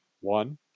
One